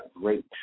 great